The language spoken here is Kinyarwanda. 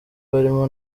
barimo